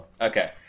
Okay